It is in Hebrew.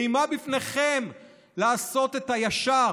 אימה בפניכם לעשות את הישר